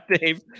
Dave